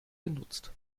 genutzt